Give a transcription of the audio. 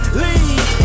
leave